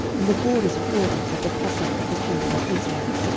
in the borders of jordan, at the passage of the children of israel.